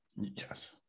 Yes